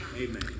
Amen